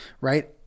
Right